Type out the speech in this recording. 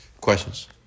Questions